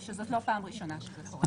ושזאת לא פעם ראשונה שזה קורה.